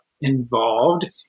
involved